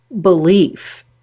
belief